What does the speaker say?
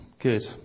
good